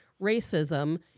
racism